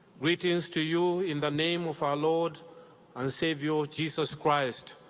greetings to you in the name of our lord and savior jesus christ,